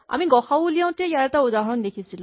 আমি গ সা উ উলিয়াওতে ইয়াৰ এটা উদাহৰণ দেখিছিলো